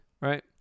Right